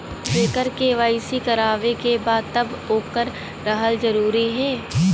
जेकर के.वाइ.सी करवाएं के बा तब ओकर रहल जरूरी हे?